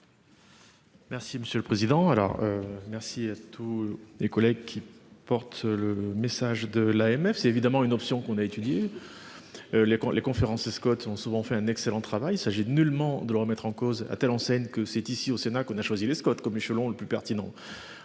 monsieur le président, alors. Merci à tous les collègues qui porte le message de l'AMF. C'est évidemment une option qu'on a étudié. Les les conférences Scott ont souvent fait un excellent travail ça gêne nullement de le remettre en cause. À telle enseigne que c'est ici au Sénat qu'on a choisi les squats comme l'échelon le plus pertinent.